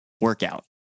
workout